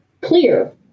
clear